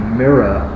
mirror